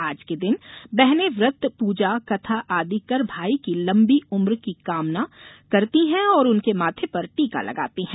आज के दिन बहनें व्रत पूजा कथा आदि कर भाई की लंबी उम्र की कामना करती हैं और उनके माथे पर टीका लगाती हैं